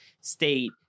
state